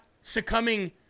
succumbing